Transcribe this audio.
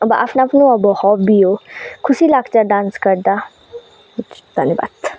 अब आफ्नो आफ्नो अब हबी हो खुसी लाग्छ डान्स गर्दा धन्यवाद